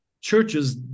churches